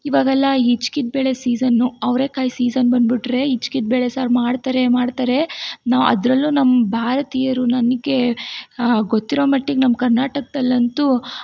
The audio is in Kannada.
ಇವಾಗೆಲ್ಲಾ ಹಿಚ್ಕಿದ ಬೆಳೆ ಸೀಸನ್ನು ಅವ್ರೆಕಾಯಿ ಸೀಸನ್ ಬಂದು ಬಿಟ್ರೆ ಹಿಚ್ಕಿದ ಬೇಳೆಸಾರು ಮಾಡ್ತಾರೆ ಮಾಡ್ತಾರೇ ನಾವು ಅದ್ರಲ್ಲೂ ನಮ್ಮ ಭಾರತೀಯರು ನನಗೆ ಗೊತ್ತಿರೊ ಮಟ್ಟಿಗೆ ನಮ್ಮ ಕರ್ನಾಟಕದಲ್ಲಂತೂ